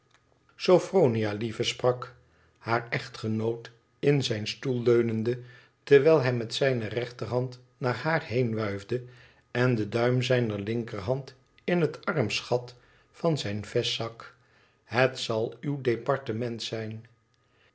sophronia lie ve sprak haar echtgenoot in zijn stoel leunende terwijl hij met zijne rechterhand naar haar heen wuifde en den duim zijner linkerhand in het armsgat van zijn vest stak het zal uw departement zijn